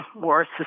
more